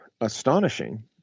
astonishing